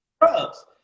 drugs